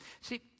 See